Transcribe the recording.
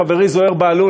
חברי זוהיר בהלול,